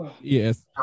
Yes